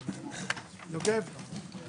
הישיבה ננעלה בשעה 14:15.